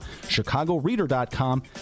chicagoreader.com